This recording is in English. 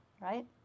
right